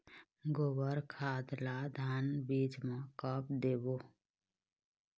गोबर खाद ला धान बीज म कब देबो?